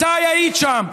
מתי היית שם?